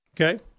Okay